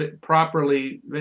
properly